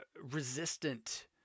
resistant